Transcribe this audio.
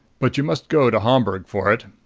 but you must go to homburg for it.